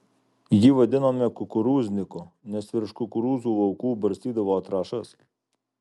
jį vadinome kukurūzniku nes virš kukurūzų laukų barstydavo trąšas